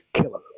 killer